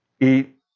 Eat